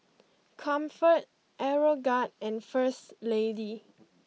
Comfort Aeroguard and First Lady